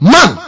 Man